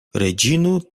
reĝino